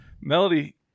Melody